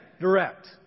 direct